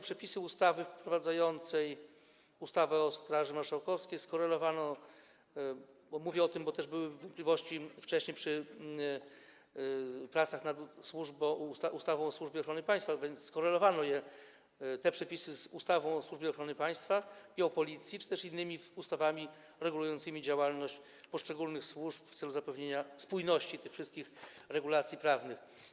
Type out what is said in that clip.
Przepisy ustawy wprowadzającej ustawę o Straży Marszałkowskiej - mówię o tym, bo też były wątpliwości wcześniej przy pracach nad ustawą o Służbie Ochrony Państwa - skorelowano z ustawą o Służbie Ochrony Państwa i ustawą o Policji czy też innymi ustawami regulującymi działalność poszczególnych służb w celu zapewnienia spójności tych wszystkich regulacji prawnych.